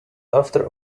after